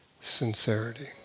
sincerity